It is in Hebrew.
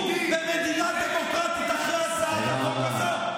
במדינה דמוקרטית אחרי הצעת החוק הזו?